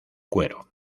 cuero